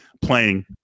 playing